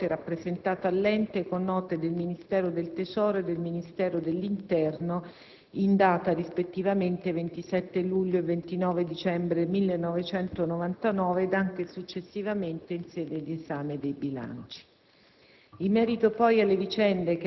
Anche quest'evenienza è stata più volte rappresentata all'ente con note del Ministero del tesoro e del Ministero dell'interno, rispettivamente del 27 luglio e 29 dicembre 1999, ed anche successivamente in sede di esame dei bilanci.